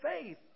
faith